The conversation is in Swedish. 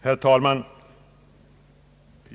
Herr talman!